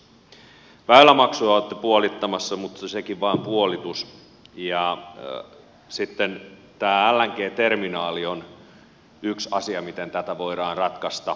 väylämaksuja olette puolittamassa mutta sekin on vain puolitus ja sitten tämä lng terminaali on yksi asia miten tätä voidaan ratkaista